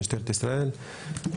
משטרת ישראל,